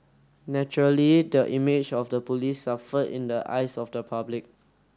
naturally the image of the police suffered in the eyes of the public